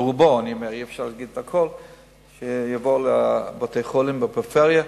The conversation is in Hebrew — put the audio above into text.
רובם, יבואו לבתי-חולים בפריפריה,